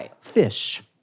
fish